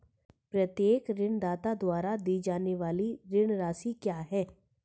प्रत्येक ऋणदाता द्वारा दी जाने वाली ऋण राशि क्या है?